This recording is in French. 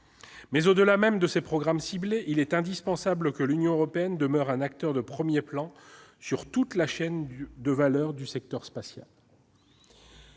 Au-delà de ces programmes ciblés, il est indispensable que l'Union européenne demeure un acteur de premier plan de toute la chaîne de valeur du secteur spatial.